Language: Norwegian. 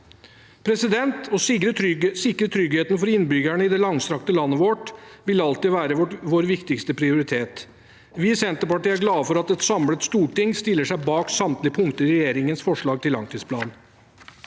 deres kamp. Å sikre tryggheten for innbyggerne i det langstrakte landet vårt vil alltid være vår viktigste prioritet. Vi i Senterpartiet er glad for at et samlet storting stiller seg bak samtlige punkter i regjeringens forslag til langtidsplan.